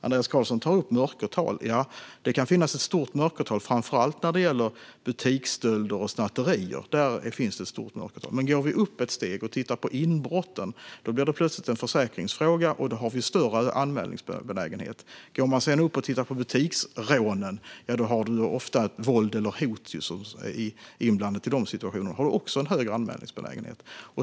Andreas Carlson tar upp mörkertal. Ja, det kan finnas ett stort mörkertal framför allt när det gäller butiksstölder och snatterier. Men om vi går upp ett steg och tittar på inbrotten blir det plötsligt en försäkringsfråga, och då har man större anmälningsbenägenhet. Om man sedan går upp och tittar på butiksrånen är det ofta våld eller hot inblandat, och då har man också en större anmälningsbenägenhet.